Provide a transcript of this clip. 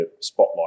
spotlight